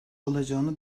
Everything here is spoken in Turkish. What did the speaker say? olacağını